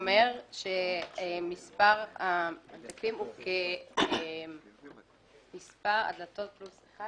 אומר שמספר מכונות התיקוף כמספר הדלתות מינוס אחד.